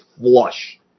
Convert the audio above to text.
flush